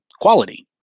quality